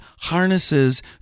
harnesses